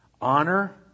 honor